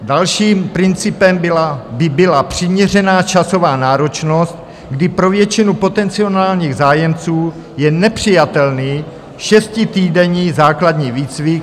Dalším principem by byla přiměřená časová náročnost, kdy pro většinu potenciálních zájemců je nepřijatelný šestitýdenní základní výcvik.